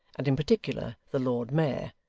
and in particular the lord mayor,